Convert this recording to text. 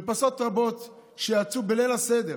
מרפסות רבות שיצאו אליהן בליל הסדר,